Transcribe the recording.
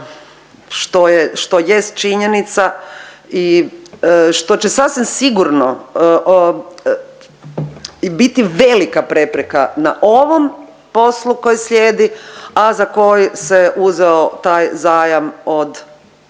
što jest činjenica i što će sasvim sigurno biti velika prepreka na ovom poslu koji slijedi, a za koji se uzeo taj zajam od,